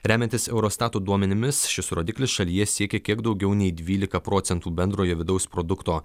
remiantis eurostato duomenimis šis rodiklis šalyje siekia kiek daugiau nei dvylika procentų bendrojo vidaus produkto